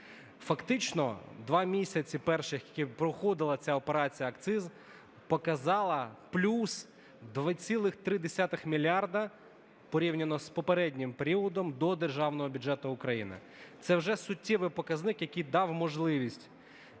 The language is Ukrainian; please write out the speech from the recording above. Фактично два місяці перших, в які проходила ця операція "Акциз", показала плюс 2,3 мільярда порівняно з попереднім періодом до державного бюджету України. Це вже суттєвий показник, який дав можливість